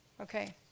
okay